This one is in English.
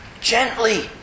gently